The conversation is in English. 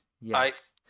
yes